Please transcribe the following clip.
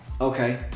Okay